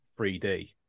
3D